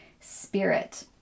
Spirit